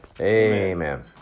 Amen